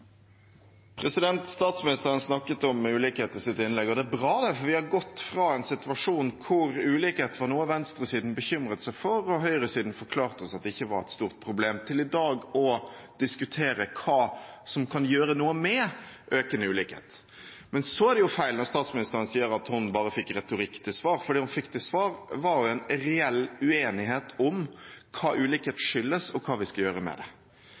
Statsministeren snakket om ulikhet i sitt innlegg, og det er bra, for vi har gått fra en situasjon hvor ulikhet var noe venstresiden bekymret seg for og høyresiden forklarte oss ikke var et stort problem, til i dag å diskutere hva som kan gjøre noe med økende ulikhet. Men så er det feil når statsministeren sier at hun bare fikk retorikk til svar, for det hun fikk til svar, var en reell uenighet om hva ulikhet skyldes, og hva vi skal gjøre med det.